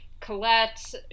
colette